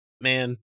man